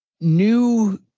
new